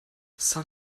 san